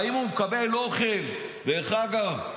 האם הוא מקבל אוכל, דרך אגב,